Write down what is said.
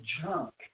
junk